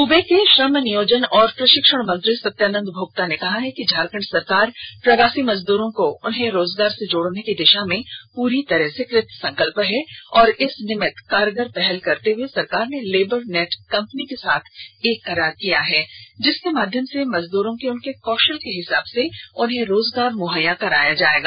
सूबे के श्रम नियोजन व प्रशिक्षण मंत्री सत्यानंद भोक्ता ने कहा है कि झारखंड सरकार प्रवासी मजदूरों को उन्हें रोजगार से जोड़ने की दिशा में पूरी तरह से कृत संकल्प है और इस निमित्त कारगर पहल करते हुए सरकार ने लेबर नेट कंपनी के साथ एक करार किया है जिसके माध्यम से मजदूरों के उनके कौशल के हिसाब से उन्हें रोजगार मुहैया कराया जाएगा